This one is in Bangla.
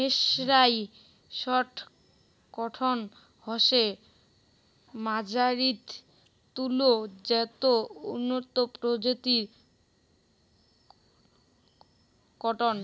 মের্সরাইসড কটন হসে মার্জারিত তুলো যেটো উন্নত প্রজাতির কটন